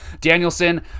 Danielson